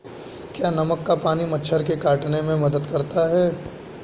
क्या नमक का पानी मच्छर के काटने में मदद करता है?